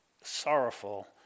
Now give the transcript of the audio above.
sorrowful